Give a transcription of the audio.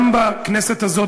גם בכנסת הזאת,